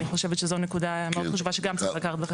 אני חושבת שזו נקודה מאוד חשובה שגם צריך לקחת בחשבון.